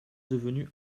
devenu